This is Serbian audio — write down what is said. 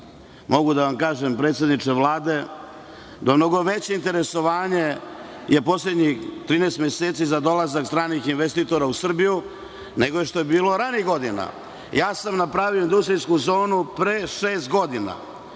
Mogu da vam kažem, predsedniče Vlade, da je mnogo veće interesovanje u poslednjih 13 meseci za dolazak stranih investitora u Srbiju nego što je bilo ranijih godina. Napravio sam industrijsku zonu pre šest godina.